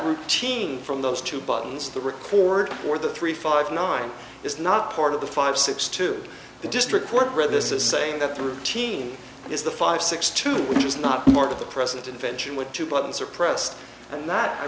routine from those two buttons the record for the three five nine is not part of the five six to the district court read this is saying that the routine is the five six two which is not more of the present invention with two buttons are pressed and that i